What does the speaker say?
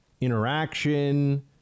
Interaction